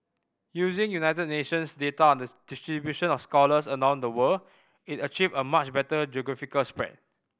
using United Nations data on the distribution of scholars around the world it achieved a much better geographical spread